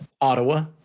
Ottawa